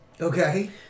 Okay